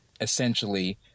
essentially